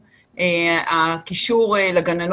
אנחנו צריכים לחיות ללמוד